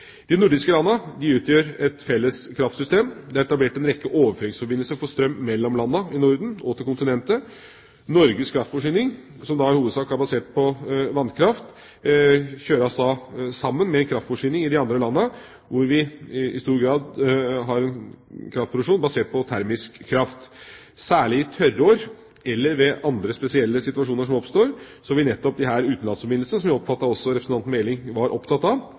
De nordiske landene utgjør et felles kraftsystem. Det er etablert en rekke overføringsforbindelser for strøm mellom landene i Norden og til kontinentet. Norges kraftforsyning som i hovedsak er basert på vannkraft, kjøres sammen med kraftforsyninga i de andre landene, hvor vi i stor grad har en kraftproduksjon basert på termisk kraft. Særlig i tørrår eller ved andre spesielle situasjoner som oppstår, vil nettopp disse utenlandsforbindelsene – som jeg oppfattet at også representanten Meling var opptatt av